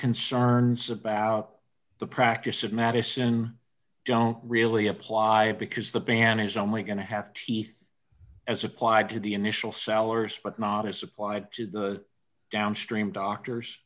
concerns about the practice of medicine don't really apply because the ban is only going to have teeth as applied to the initial sellers but not as supplied to the downstream doctors